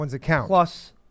plus